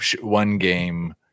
one-game